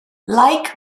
like